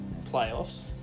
playoffs